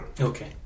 Okay